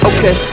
Okay